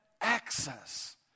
access